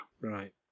Right